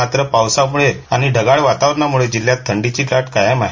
मात्र पावसामळे आणि ढगाळ वातावरणामळे जिल्ह्यात थंडीची लाट कायम आहे